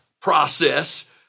Process